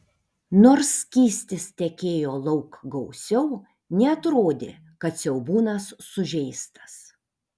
nors skystis tekėjo lauk gausiau neatrodė kad siaubūnas sužeistas